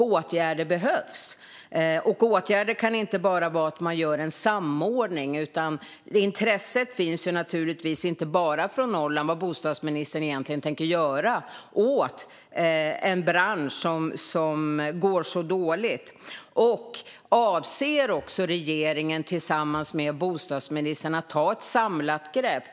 Åtgärder behövs, och det kan inte bara vara att göra en samordning. Det finns ett intresse inte bara från Norrland för vad bostadsministern tänker göra åt en bransch som går så dåligt. Avser regeringen tillsammans med bostadsministern att ta ett samlat grepp?